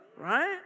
right